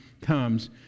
comes